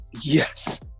Yes